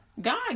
God